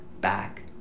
back